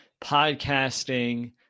podcasting